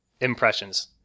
impressions